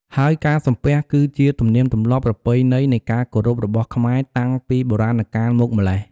ហើយការសំពះ គឺជាទំនៀមទំម្លាប់ប្រពៃណីនៃការគោរពរបស់ខ្មែរតាំងពីបុរាណកាលមកម្ល៉េះ។